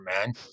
man